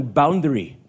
boundary